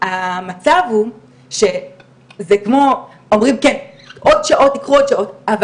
המצב הוא שזה כמו, אומרים כן, עוד שעות, תקחו